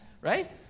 right